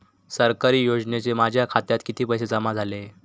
सरकारी योजनेचे माझ्या खात्यात किती पैसे जमा झाले?